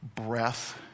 breath